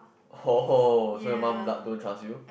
oh so your mum lah don't trust you